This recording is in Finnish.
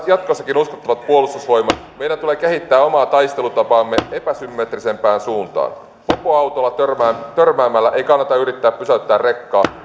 jatkossakin uskottavat puolustusvoimat meidän tulee kehittää omaa taistelutapaamme epäsymmetrisempään suuntaan mopoautolla törmäämällä törmäämällä ei kannata yrittää pysäyttää rekkaa